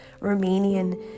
Romanian